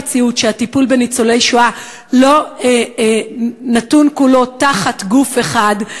המציאות שהטיפול בניצולי השואה לא נתון כולו תחת גוף אחד,